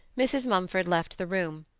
mrs. mumford left the room.